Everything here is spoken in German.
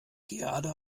gerade